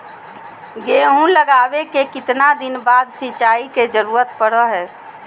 गेहूं लगावे के कितना दिन बाद सिंचाई के जरूरत पड़ो है?